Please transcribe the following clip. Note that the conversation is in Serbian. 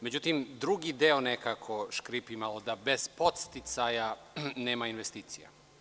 Međutim, drugi deo nekako škripi malo, da bez podsticaja nema investicija.